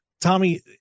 Tommy